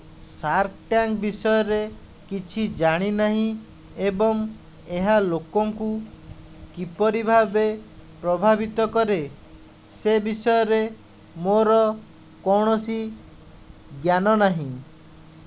shark tank ବିଷୟରେ କିଛି ଜାଣିନାହିଁ ଏବଂ ଏହା ଲୋକଙ୍କୁ କିପରି ଭାବେ ପ୍ରଭାବିତ କରେ ସେ ବିଷୟରେ ମୋର କୋଣସି ଜ୍ଞାନ ନାହିଁ